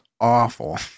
awful